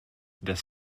das